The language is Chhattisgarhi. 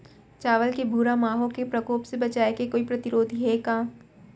चांवल के भूरा माहो के प्रकोप से बचाये के कोई प्रतिरोधी हे का?